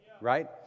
Right